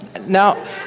Now